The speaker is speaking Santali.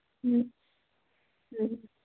ᱦᱮᱸ ᱦᱮᱸ